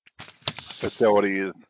facilities